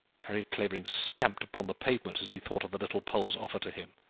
harry clavering stamped upon the pavement as he thought of the little pole's offer to him.